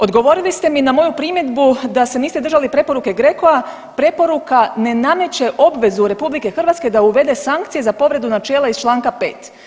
Odgovorili ste mi na moju primjedbu da se niste držali preporuke GRECO-a, preporuka ne nameće obvezu RH da uvede sankcije za povredu načela iz čl. 5.